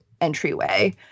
entryway